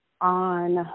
on